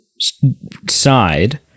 side